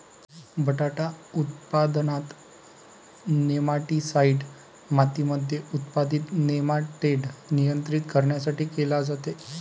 बटाटा उत्पादनात, नेमाटीसाईड मातीमध्ये उत्पादित नेमाटोड नियंत्रित करण्यासाठी केले जाते